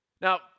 Now